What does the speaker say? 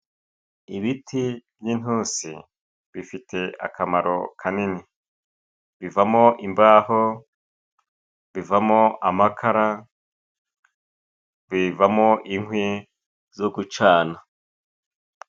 Ibiti by'intusi bifite akamaro kanini, bivamo imbaho, bivamo amakara, bivamo inkwi zo gucana.